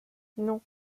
non